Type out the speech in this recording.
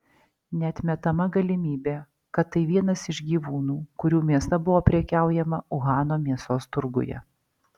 neatmetama galimybė kad tai vienas gyvūnų kurių mėsa buvo prekiaujama uhano mėsos turguje